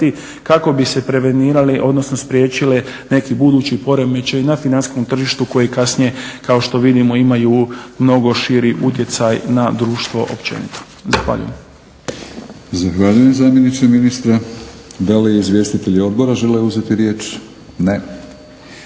kako bi se prevenirali, odnosno spriječili neki budući poremećaji na financijskom tržištu koji kasnije kao što vidimo imaju mnogo širi utjecaj na društvo općenito. Zahvaljujem. **Batinić, Milorad (HNS)** Zahvaljujem zamjeniče ministra. Da li izvjestitelji odbora žele uzeti riječ? Ne.